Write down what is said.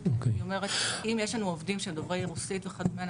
אם יש לנו עובדים שהם דוברי רוסית וכדומה,